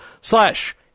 Slash